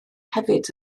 hefyd